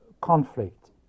conflict